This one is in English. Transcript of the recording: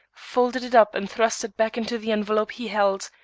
folded it up and thrust it back into the envelope he held,